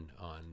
on, –